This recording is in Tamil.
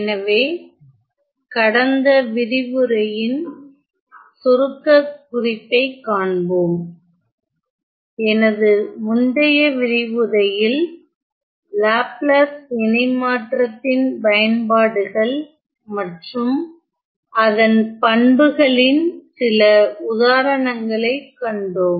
எனவே கடந்த விரிவுரையின் சுருக்க குறிப்பைக் காண்போம் எனது முந்தைய விரிவுரையில் லாப்லாஸ் இணைமாற்றத்தின்பயன்பாடுகள் மற்றும் அதன் பண்புகளின் சில உதாரணங்களைக்கண்டோம்